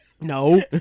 No